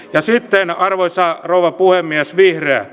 ja sitten arvoisa rouva puhemies vihreät